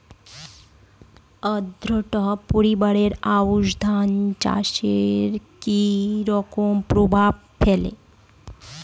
আদ্রতা পরিবর্তন আউশ ধান চাষে কি রকম প্রভাব ফেলে?